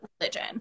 religion